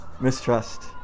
Mistrust